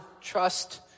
trust